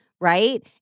right